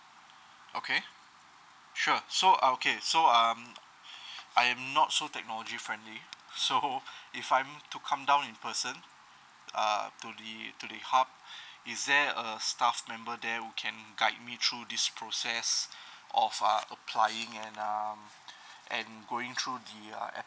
okay sure so ah okay so um I am not so technology friendly so if I am to come down in person uh to the to the hub is there a staff member there who can guide me through this process of uh applying and um and going through the uh